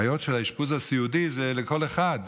בעיות של האשפוז הסיעודי זה לכל אחד,